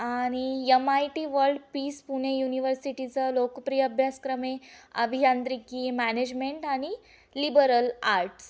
आणि M I T world peace Pune युनिवर्सिटीचं लोकप्रिय अभ्यासक्रम आहे आभियांत्रिकी मॅनेजमेंट आणि लिबरल आर्ट्स